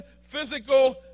physical